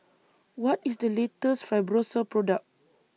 What IS The latest Fibrosol Product